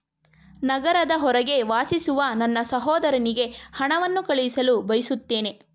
ನಗರದ ಹೊರಗೆ ವಾಸಿಸುವ ನನ್ನ ಸಹೋದರನಿಗೆ ಹಣವನ್ನು ಕಳುಹಿಸಲು ಬಯಸುತ್ತೇನೆ